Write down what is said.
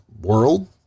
world